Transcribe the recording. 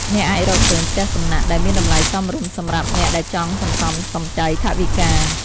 អ្នកអាចរកឃើញ ផ្ទះសំណាក់ ដែលមានតម្លៃសមរម្យសម្រាប់អ្នកដែលចង់សន្សំសំចៃថវិកា។